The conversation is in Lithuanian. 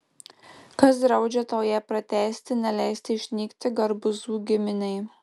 kas draudžia tau ją pratęsti neleisti išnykti garbuzų giminei